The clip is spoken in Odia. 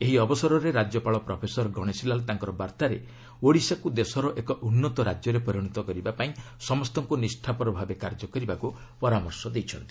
ଏହି ଅବସରରେ ରାଜ୍ୟପାଳ ପ୍ରଫେସର ଗଣେଶୀ ଲାଲ୍ ତାଙ୍କର ବାର୍ଭାରେ ଓଡ଼ିଶାକୁ ଦେଶର ଏକ ଉନ୍ନତ ରାଜ୍ୟରେ ପରିଣତ କରିବାପାଇଁ ସମସ୍ତଙ୍କୁ ନିଷ୍ଠାପର ଭାବେ କାର୍ଯ୍ୟ କରିବାକୁ ପରାମର୍ଶ ଦେଇଛନ୍ତି